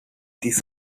this